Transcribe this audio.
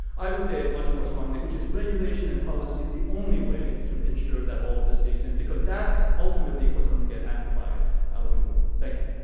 i would say much more strongly, which is regulation and policy is the only way to ensure that all of this stays in, because that's ultimately what's gonna get amplified out in the world. thank you.